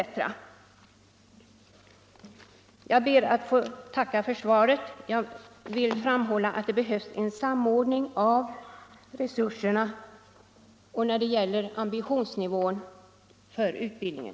Jag ber åter att få tacka för svaret. Jag vill framhålla att det behövs en samordning av resurserna och en höjd ambitionsnivå för utbildningen.